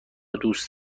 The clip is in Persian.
دوست